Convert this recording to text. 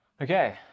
Okay